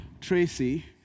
Tracy